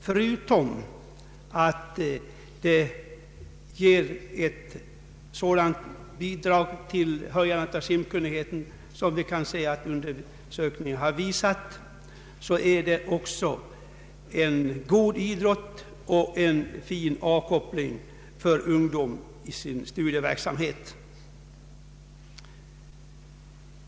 Förutom att simanläggningar bidrar till höjandet av simkunnigheten, vilket undersökningen har visat, ger de också möjlighet till utövandet av en god idrott — en fin avkoppling för ungdomar i deras studieverksamhet.